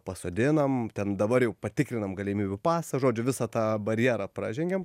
pasodinam ten dabar jau patikrinam galimybių pasą žodžiu visą tą barjerą pražengiam